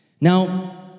Now